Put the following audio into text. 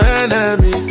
enemy